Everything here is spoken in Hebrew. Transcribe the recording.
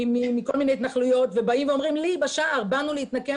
מכל מיני התנחלויות ובאים ואומרים לי בשער שבאו להתנקם